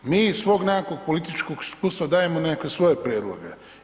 Mi iz svog nekakvog političkog iskustva dajemo nekakve svoje prijedloge.